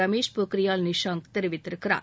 ரமேஷ் பொக்கிரியால் நிஷாங்க் தெரிவித்திருக்கிறார்